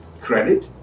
credit